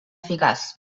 eficaç